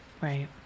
Right